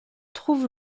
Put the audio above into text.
trouve